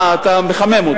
אה, אתה מחמם אותי.